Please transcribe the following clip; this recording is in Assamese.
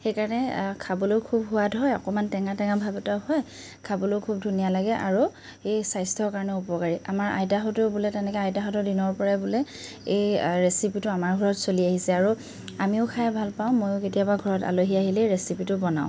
সেইকাৰণে খাবলৈও খুব সোৱাদ হয় অকণমান টেঙা টেঙা ভাব এটাও হয় খাবলৈও খুব ধুনীয়া লাগে আৰু ই স্বাস্থ্যৰ কাৰণেও উপকাৰী আমাৰ আইতাহঁতেও বোলে তেনেকৈ আইতাহঁতৰ দিনৰপৰাই বোলে এই ৰেচিপিটো আমাৰ ঘৰত চলি আহিছে আৰু আমিও খাই ভালপাওঁ মইও কেতিয়াবা ঘৰত আলহী আহিলে এই ৰেচিপীটো বনাওঁ